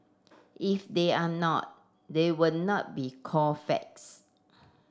if they are not they would not be called facts